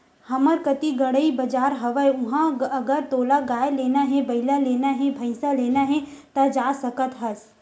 हमर कती गंड़ई बजार हवय उहाँ अगर तोला गाय लेना हे, बइला लेना हे, भइसा लेना हे ता जा सकत हस